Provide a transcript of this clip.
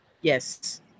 yes